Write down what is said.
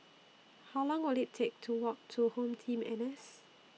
How Long Will IT Take to Walk to HomeTeam N S